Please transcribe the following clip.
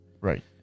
Right